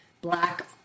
black